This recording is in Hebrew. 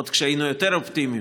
עוד כשהיינו יותר אופטימיים,